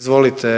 Izvolite